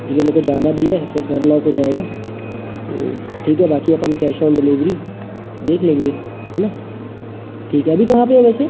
ठीक है मैको जाना भी है फिर घर लॉक हो जाएगा तो ठीक है बाकि अपन कैश ऑन डिलेवरी देख लेंगे है न ठीक है अभी कहाँ पे हो वैसे